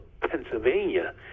pennsylvania